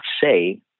say